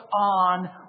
on